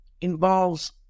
involves